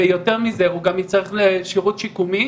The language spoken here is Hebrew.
ויותר מזה, הוא יזדקק לשירות שיקומי.